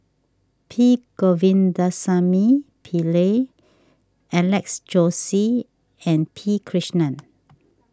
P Govindasamy Pillai Alex Josey and P Krishnan